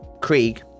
Krieg